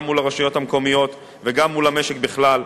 גם מול הרשויות המקומיות וגם מול המשק בכלל,